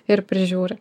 ir prižiūri